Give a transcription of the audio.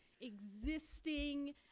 existing